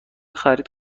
خرید